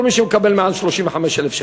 כל מי שמקבל מעל 35,000 שקל.